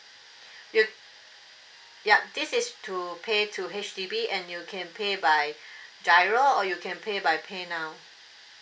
you yup this is to pay to H_D_B and you can pay by giro or you can pay by pay now